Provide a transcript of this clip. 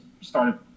started